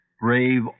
brave